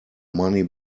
money